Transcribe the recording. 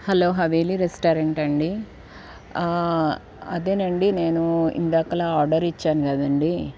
hello Haveli రెస్టారెంటా అండి అదేనండి నేను ఇందాక ఆర్డర్ ఇచ్చాను కదండి